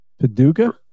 Paducah